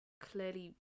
clearly